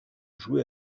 joué